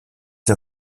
der